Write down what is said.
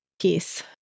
Peace